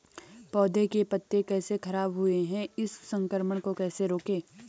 पौधों के पत्ते कैसे खराब हुए हैं इस संक्रमण को कैसे रोकें?